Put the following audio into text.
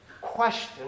question